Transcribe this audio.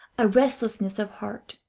a restlessness of heart,